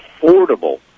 affordable